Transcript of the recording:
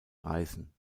reisen